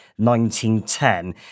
1910